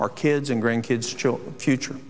our kids and grandkids children future